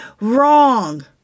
wrong